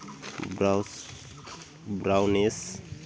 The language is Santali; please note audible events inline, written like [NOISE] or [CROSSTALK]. [UNINTELLIGIBLE] ᱵᱨᱟᱣᱱᱮᱥ